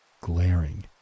glaring